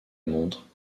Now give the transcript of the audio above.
montre